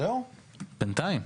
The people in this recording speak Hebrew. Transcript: זהו בינתיים,